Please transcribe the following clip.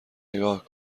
نگاه